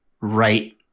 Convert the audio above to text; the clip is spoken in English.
right